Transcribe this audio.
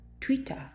Twitter